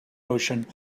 ocean